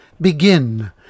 Begin